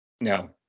no